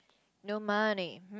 no money